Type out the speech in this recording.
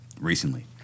recently